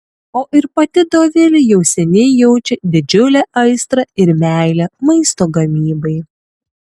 o ir pati dovilė jau seniai jaučia didžiulę aistrą ir meilę maisto gamybai